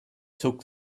took